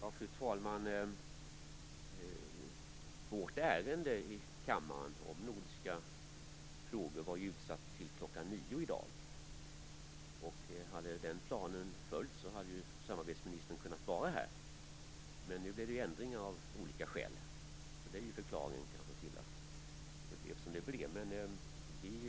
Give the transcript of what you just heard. Fru talman! Vårt ärende här i kammaren i dag om nordiska frågor var utsatt till kl. 9.00. Hade den planen följts, hade ju samarbetsministern kunnat vara här. Men nu blev det ändringar av olika skäl. Det är förklaringen till att det blev som det blev.